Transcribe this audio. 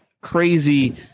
crazy